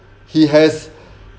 he has